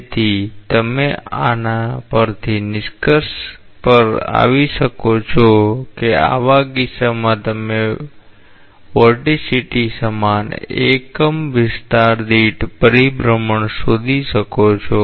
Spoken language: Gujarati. તેથી તમે આના પરથી નિષ્કર્ષ પર આવી શકો છો કે આવા કિસ્સામાં તમે વર્ટિસિટી સમાન એકમ વિસ્તાર દીઠ પરિભ્રમણ શોધી શકો છો